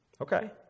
Okay